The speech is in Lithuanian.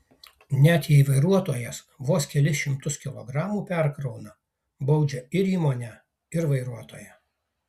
net jei vairuotojas vos kelis šimtus kilogramų perkrauna baudžia ir įmonę ir vairuotoją